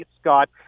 Scott